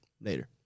Later